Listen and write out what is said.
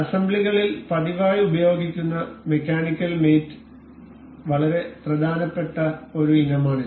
അസംബ്ലികളിൽ പതിവായി ഉപയോഗിക്കുന്ന mechanical mate വളരെ പ്രധാനപ്പെട്ട ഒരു ഇനമാണിത്